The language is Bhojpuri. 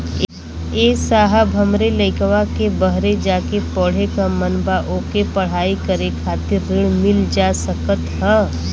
ए साहब हमरे लईकवा के बहरे जाके पढ़े क मन बा ओके पढ़ाई करे खातिर ऋण मिल जा सकत ह?